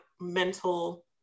mental